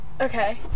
Okay